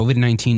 COVID-19